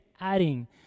adding